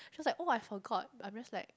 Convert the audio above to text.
so it's like oh I forgot I'm just like